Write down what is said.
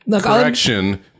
Correction